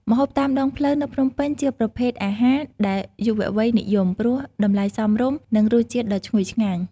ម្ហូបតាមដងផ្លូវ នៅភ្នំពេញជាប្រភេទអាហារដែលយុវវ័យនិយម ព្រោះតម្លៃសមរម្យ និងរសជាតិដ៏ឈ្ងុយឆ្ងាញ់។